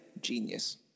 genius